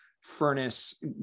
furnace